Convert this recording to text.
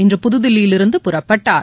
இன்று புதுதில்லியிலிருந்து புறப்பட்டார்